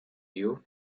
you